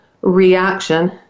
reaction